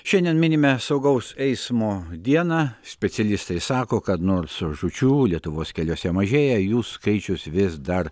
šiandien minime saugaus eismo dieną specialistai sako kad nors žūčių lietuvos keliuose mažėja jų skaičius vis dar